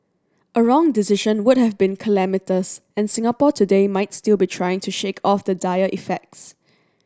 a wrong decision would have been calamitous and Singapore today might still be trying to shake off the dire effects